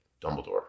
Dumbledore